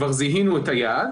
כבר זיהינו את היעד